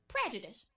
Prejudice